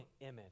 image